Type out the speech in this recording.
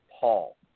Paul